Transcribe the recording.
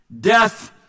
death